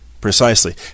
Precisely